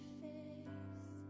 face